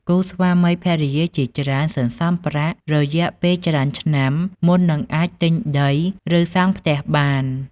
គូស្វាមីភរិយាជាច្រើនសន្សំប្រាក់ រយៈពេលច្រើនឆ្នាំ មុននឹងអាចទិញដី ឬ សង់ផ្ទះបាន។